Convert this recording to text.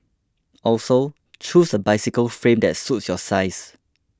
also choose a bicycle frame that suits your size